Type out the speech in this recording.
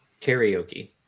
karaoke